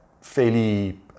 fairly